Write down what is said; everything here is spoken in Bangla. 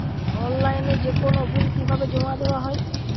অনলাইনে যেকোনো বিল কিভাবে জমা দেওয়া হয়?